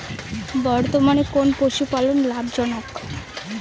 বর্তমানে কোন পশুপালন লাভজনক?